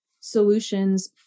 solutions